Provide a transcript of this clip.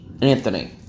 Anthony